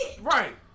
Right